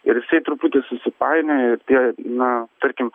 ir jisai truputį susipainioja ir tie na tarkim